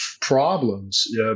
problems